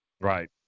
Right